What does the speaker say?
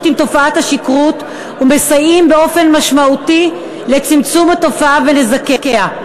עם תופעת השכרות וכי הם מסייעים באופן משמעותי לצמצום התופעה ונזקיה.